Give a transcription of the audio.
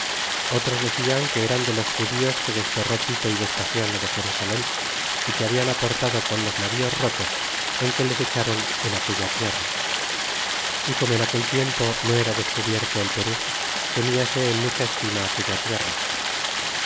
otros decian que eran de los judíos que desterró tito y vespasiano de jerusalen y que habían aportado con los navíos rotos en que les echron en aquella tierra y como en aquel tiempo no era descubierto el perú teniase en mucha estima aquella tierra